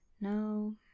No